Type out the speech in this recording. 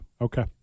Okay